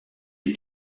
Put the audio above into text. est